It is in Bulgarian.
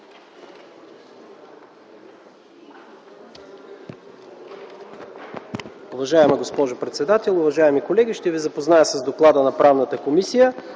Уважаема госпожо председател, уважаеми колеги, ще Ви запозная с доклада на Комисията